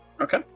Okay